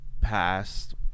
past